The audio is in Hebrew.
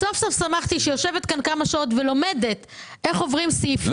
סוף-סוף שמחתי שהיא יושבת כאן כמה שעות ולומדת איך עוברים סעיפים,